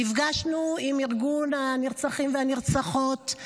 נפגשנו עם ארגון משפחות נרצחים ונרצחות,